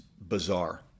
bizarre